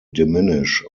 diminish